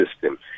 system